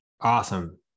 Awesome